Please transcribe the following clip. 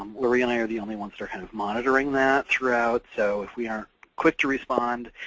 um loree and i are the only ones that are kind of monitoring that throughout, so if we aren't quick to respond,